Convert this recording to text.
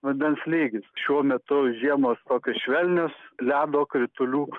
vandens lygis šiuo metu žiemos tokios švelnios ledo kritulių